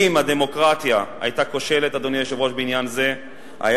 אדוני היושב-ראש, אם